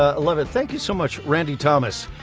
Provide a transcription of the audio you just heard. ah love it. thank-you so much, randy thomas,